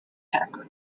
haircut